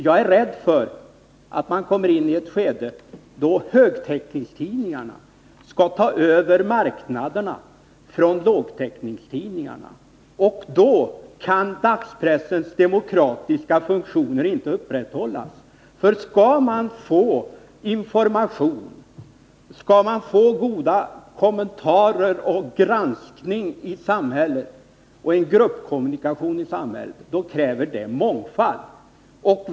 Jag är rädd för att vi annars hamnar i ett läge där högtäckningstidningarna tar över marknaderna från lågtäckningstidningarna. Då kan dagspressens demokratiska funktioner inte fyllas. För att upprätthålla god information, kommentarer och granskning, för att upprätthålla gruppkommunikation i samhället, krävs mångfald.